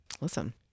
Listen